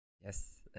Yes